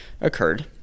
occurred